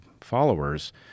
followers